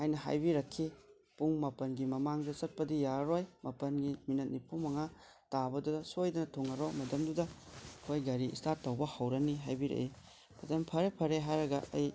ꯍꯥꯏꯅ ꯍꯥꯏꯕꯤꯔꯛꯈꯤ ꯄꯨꯡ ꯃꯥꯄꯜꯒꯤ ꯃꯃꯥꯡꯗ ꯆꯠꯄꯗꯤ ꯌꯥꯔꯔꯣꯏ ꯃꯥꯄꯜꯒꯤ ꯃꯤꯅꯠ ꯅꯤꯐꯨꯃꯉꯥ ꯇꯥꯕꯗꯨꯗ ꯁꯣꯏꯗꯅ ꯊꯨꯡꯉꯔꯣ ꯃꯇꯝꯗꯨꯗ ꯑꯩꯈꯣꯏ ꯒꯥꯔꯤ ꯁ꯭ꯇꯥꯔꯠ ꯇꯧꯕ ꯍꯧꯔꯅꯤ ꯍꯥꯏꯕꯤꯔꯛꯏ ꯐꯔꯦ ꯐꯔꯦ ꯍꯥꯏꯔꯒ ꯑꯩ